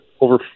over